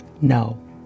No